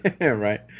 Right